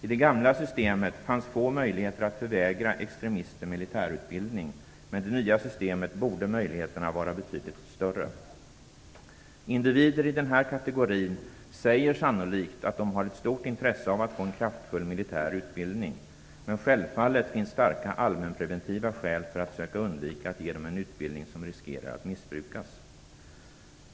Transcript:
I det gamla systemet fanns få möjligheter att förvägra extremister militärutbildning, men i det nya systemet borde möjligheterna vara betydligt större. Individer i den här kategorin säger sannolikt att de har ett stort intresse av att få en kraftfull militär utbildning. Men självfallet finns starka allmänpreventiva skäl för att söka undvika att ge dem en utbildning som riskerar att missbrukas.